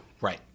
right